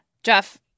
Jeff